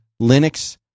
Linux